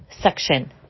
section